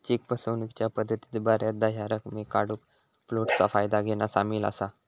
check फसवणूकीच्या पद्धतीत बऱ्याचदा ह्या रकमेक काढूक फ्लोटचा फायदा घेना सामील असा